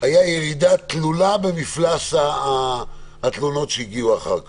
הייתה ירידה תלולה במפלס התלונות שהגיעו אחר כך.